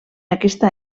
aquesta